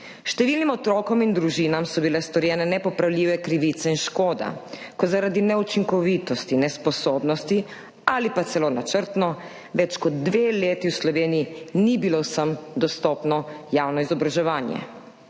Številnim otrokom in družinam so bile storjene nepopravljive krivice in škoda, ko zaradi neučinkovitosti, nesposobnosti ali pa celo načrtno več kot dve leti v Sloveniji ni bilo vsem dostopno javno izobraževanje.